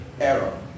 error